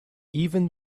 even